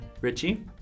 Richie